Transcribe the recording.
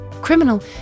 Criminal